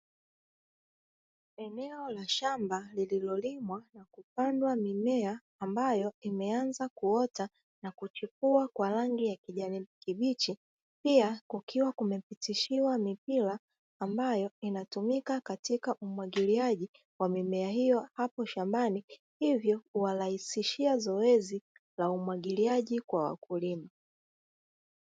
Eneo la shamba lililolimwa na kupandwa mimea ambayo imeanza kuota na kuchukua kwa rangi ya kijani kibichi, pia kukiwa kumepitishiwa mipira ambayo inatumika katika umwagiliaji wa mimea hiyo hapo shambani hivyo kuwarahisishia zoezi la umwagiliaji kwa wakulima.